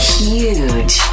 huge